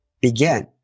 begin